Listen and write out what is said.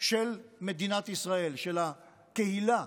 של מדינת ישראל, של הקהילה,